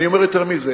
אני אומר יותר מזה.